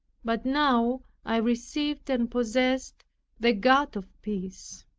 but now i received and possessed the god of peace.